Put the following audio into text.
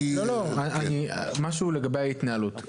משהו לגבי ההתנהלות.